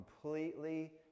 completely